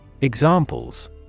Examples